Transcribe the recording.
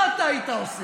מה אתה היית עושה?